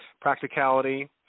Practicality